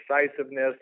decisiveness